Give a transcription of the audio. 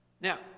Now